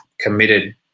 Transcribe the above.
committed